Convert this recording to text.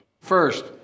First